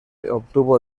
obtuvo